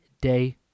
day